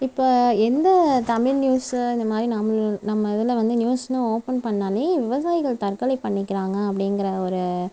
இப்போ எந்த தமிழ் நியூஸை இந்த மாதிரி நம் நம்ம இதில் வந்து நியூஸ்னு ஓப்பன் பண்ணாலே விவசாயிகள் தற்கொலை பண்ணிக்கிறாங்க அப்படிங்கிற ஒரு